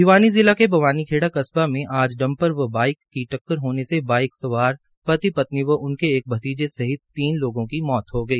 भिवानी जिला के बवानीखेड़ा कस्बा में आज डंपर व बाइक की टक्कर होने से बाइक सवार पति पत्नी व उनके एक भतीजे सहित तीन लोगों की मौत हो गई